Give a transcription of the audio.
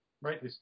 Right